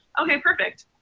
ok, perfect.